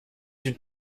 une